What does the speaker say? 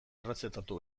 errezetatu